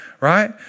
right